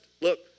Look